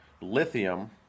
lithium